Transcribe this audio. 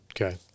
Okay